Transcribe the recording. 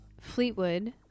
Fleetwood